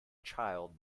child